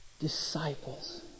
disciples